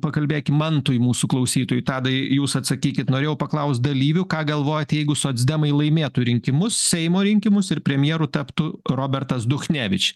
pakalbėkim mantui mūsų klausytojui tadai jūs atsakykit norėjau paklaust dalyvių ką galvojat jeigu socdemai laimėtų rinkimus seimo rinkimus ir premjeru taptų robertas duchnevič